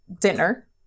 dinner